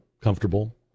comfortable